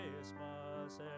Christmas